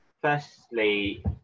firstly